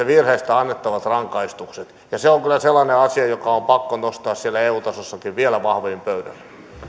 virheistä annettavat rangaistukset ylipäätään missään suhteessa se on kyllä sellainen asia joka on pakko nostaa siellä eu tasollakin vielä vahvemmin pöydälle